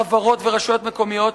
בחברות וברשויות מקומיות,